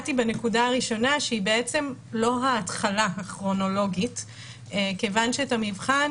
נגעתי בנקודה הראשונה שהיא בעצם לא ההתחלה הכרונולוגית כיוון שאת המבחן